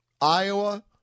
Iowa